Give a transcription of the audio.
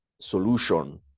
solution